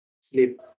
sleep